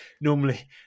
normally